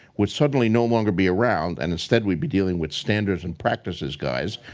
would suddenly no longer be around and instead, we'd be dealing with standards and practices guys,